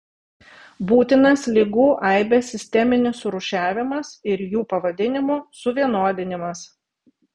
būtinas ligų aibės sisteminis surūšiavimas ir jų pavadinimų suvienodinimas